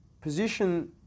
position